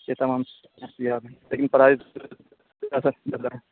یہ تمام سہولیات ہیں لیکن پرائز اصل سے زیادہ